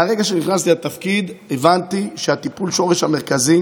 מהרגע שנכנסתי לתפקיד הבנתי שטיפול השורש המרכזי